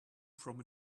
from